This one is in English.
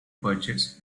purchase